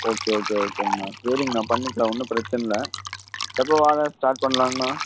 okay okay ஓகேங்கண்ணா சேரிங்கண்ணா பண்ணிக்கலாம் ஒன்றும் பிரச்சனை இல்லை எப்போது வேலை ஸ்டார்ட் பண்ணலாங்ண்ணா